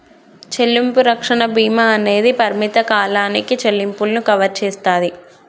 చెల్లింపు రక్షణ భీమా అనేది పరిమిత కాలానికి చెల్లింపులను కవర్ చేస్తాది